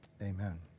amen